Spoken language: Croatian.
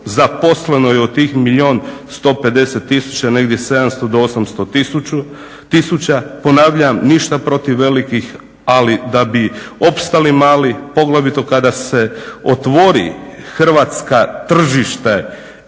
zaposleno je od tih 1 150 000 negdje 700 do 800 tisuća, ponavljam ništa protiv velikih, ali da bi opstali mali poglavito kada se otvori hrvatsko tržište